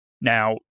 Now